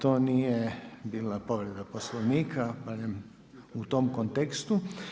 To nije bila povreda Poslovnika, barem u tom kontekstu.